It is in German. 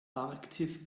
arktis